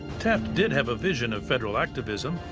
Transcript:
taft did have a vision of federal activism,